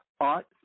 art